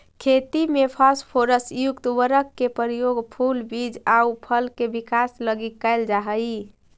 खेती में फास्फोरस युक्त उर्वरक के प्रयोग फूल, बीज आउ फल के विकास लगी कैल जा हइ